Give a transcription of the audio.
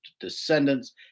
descendants